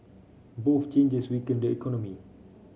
both changes weaken the economy